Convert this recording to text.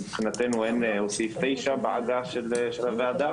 סעיף 9 בעגה של הוועדה.